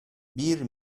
bir